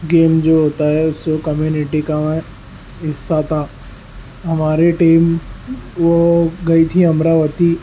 game جو ہوتا ہے اس کمیونٹی کا میں حصہ تھا ہماری ٹیم وہ گئی تھی امراوتی